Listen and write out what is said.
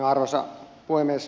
arvoisa puhemies